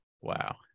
Wow